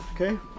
Okay